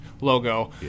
logo